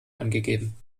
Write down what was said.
angegeben